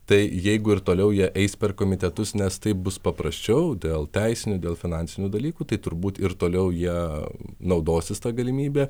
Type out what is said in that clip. tai jeigu ir toliau jie eis per komitetus nes taip bus paprasčiau dėl teisinių dėl finansinių dalykų tai turbūt ir toliau jie naudosis ta galimybe